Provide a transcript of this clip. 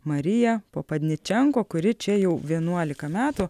mariją popadničenko kuri čia jau vienuolika metų